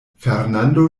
fernando